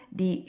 di